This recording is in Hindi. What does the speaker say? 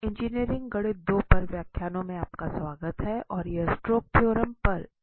तो इंजीनियरिंग गणित 2 पर व्याख्यानों में आपका स्वागत है और यह स्टोक्स थ्योरम पर एक व्याख्यान संख्या 9 है